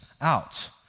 out